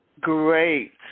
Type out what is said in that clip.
Great